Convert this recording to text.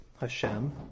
Hashem